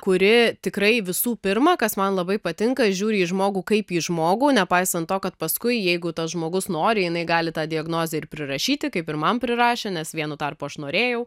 kuri tikrai visų pirma kas man labai patinka žiūri į žmogų kaip į žmogų nepaisant to kad paskui jeigu tas žmogus nori jinai gali tą diagnozę ir prirašyti kaip ir man prirašė nes vienu tarpu aš norėjau